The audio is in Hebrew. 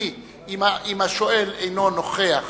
אם השואל אינו נוכח